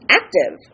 active